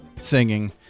singing